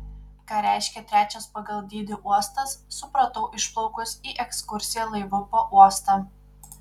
ką reiškia trečias pagal dydį uostas supratau išplaukus į ekskursiją laivu po uostą